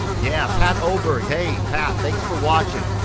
yeah, pat oberg. hey, pat, thanks for watching.